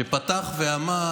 שפתח ואמר